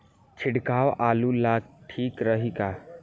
छिड़काव आलू ला ठीक रही का?